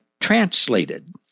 translated